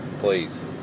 Please